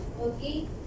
Okay